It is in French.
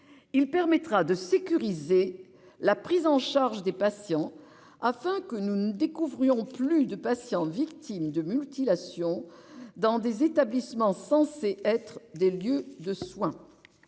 Il permettra de sécuriser la prise en charge des patients afin que nous ne découvrions plus de patients victimes de mutilations. Dans des établissements censés être des lieux de soins.